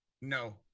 No